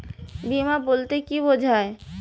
বিমা বলতে কি বোঝায়?